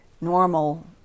normal